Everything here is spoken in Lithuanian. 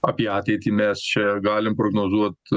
apie ateitį mes čia galim prognozuot